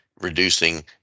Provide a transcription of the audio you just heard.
reducing